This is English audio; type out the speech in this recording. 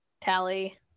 Tally